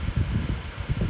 this is